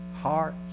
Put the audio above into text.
heart